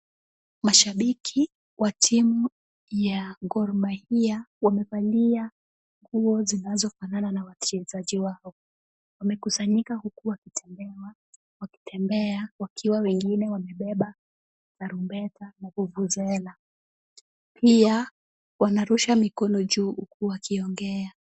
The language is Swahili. Mashabiki wa timu ya Gor Mahia wamevalia nguo zinazofanana na wachezaji wao. Wamekusanyika huku wakitembea wakiwa wengine wamebeba tarumbeta na vuvuzela pia wanarusha mikono juu huku wakiongea.